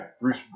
Bruce